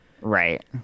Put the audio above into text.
Right